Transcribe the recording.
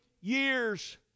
years